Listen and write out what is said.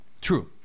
True